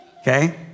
Okay